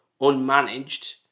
unmanaged